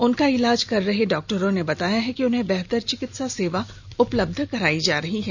उनका इलाज कर रहे डॉक्टरों ने बताया कि उन्हें बेहतर चिकित्सा सेवा उपलब्ध कराई जा रही है